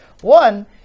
One